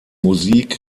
musik